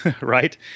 right